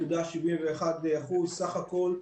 27.71% סך הכול,